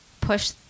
push